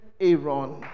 Aaron